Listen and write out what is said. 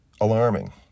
alarming